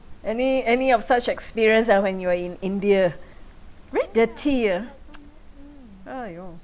any any of such experience ah when you were in india very dirty ah !aiyo!